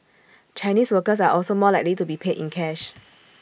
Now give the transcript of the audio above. Chinese workers are also more likely to be paid in cash